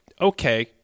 okay